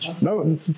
No